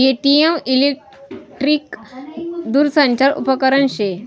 ATM electric दूरसंचार उपकरन शे